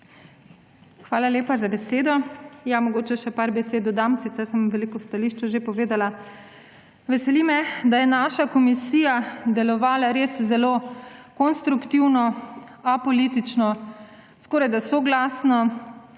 Hvala lepa za besedo. Mogoče samo še nekaj besed dodam, sicer sem veliko v stališču že povedala. Veseli me, da je naša komisija delovala res zelo konstruktivno, apolitično, skorajda soglasno,